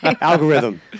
Algorithm